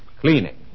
cleaning